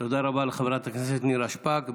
תודה רבה לחברת הכנסת נירה שפק.